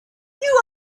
you